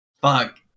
Fuck